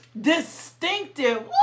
distinctive